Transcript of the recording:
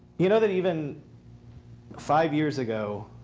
you know that even five years ago,